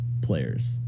players